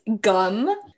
gum